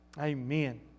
Amen